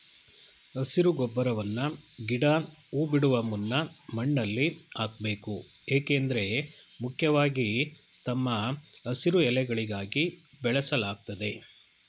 ಹಸಿರು ಗೊಬ್ಬರವನ್ನ ಗಿಡ ಹೂ ಬಿಡುವ ಮುನ್ನ ಮಣ್ಣಲ್ಲಿ ಹಾಕ್ಬೇಕು ಏಕೆಂದ್ರೆ ಮುಖ್ಯವಾಗಿ ತಮ್ಮ ಹಸಿರು ಎಲೆಗಳಿಗಾಗಿ ಬೆಳೆಸಲಾಗ್ತದೆ